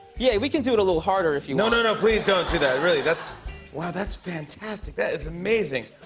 yeah, we can do it a little harder if you want. no, no, no. please don't do that. really. that's wow. that's fantastic. that is amazing.